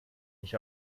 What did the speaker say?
nicht